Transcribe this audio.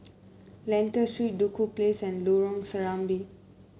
Lentor Street Duku Place and Lorong Serambi